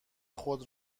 خود